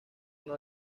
una